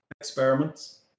Experiments